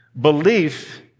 Belief